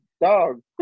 dog